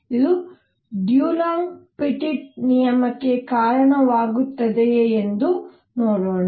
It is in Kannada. ಇದು ದುಲಾಂಗ್ ಪೆಟಿಟ್ ನಿಯಮಕ್ಕೆ ಕಾರಣವಾಗುತ್ತದೆಯೇ ಎಂದು ನೋಡೋಣ